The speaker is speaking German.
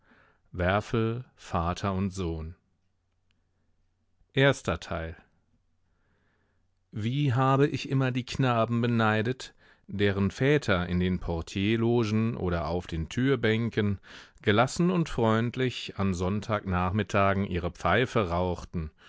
werfel vater und sohn erster teil wie habe ich immer die knaben beneidet deren väter in den portierlogen oder auf den türbänken gelassen und freundlich an sonntagnachmittagen ihre pfeife rauchten